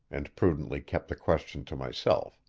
and prudently kept the question to myself.